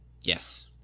Yes